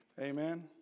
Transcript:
Amen